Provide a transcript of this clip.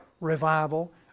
revival